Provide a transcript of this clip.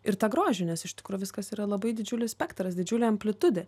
ir tą grožį nes iš tikrųjų viskas yra labai didžiulis spektras didžiulė amplitudė